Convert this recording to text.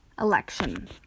election